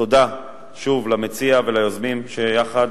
תודה, שוב, למציע וליוזמים, שיחד